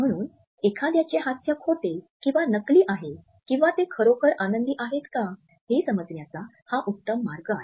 म्हणून एखाद्याचे हास्य खोटे किंवा नकली आहे किंवा ते खरोखर आनंदी आहेत का हे समजण्याचा हा उत्तम मार्ग आहे